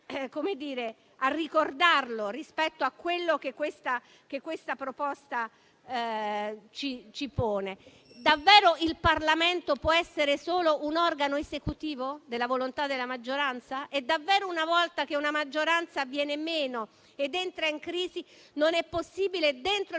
a ricordarlo rispetto a ciò che questa proposta ci pone. Davvero il Parlamento può essere solo un organo esecutivo della volontà della maggioranza? Una volta che una maggioranza viene meno ed entra in crisi, non è davvero possibile, dentro il